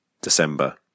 December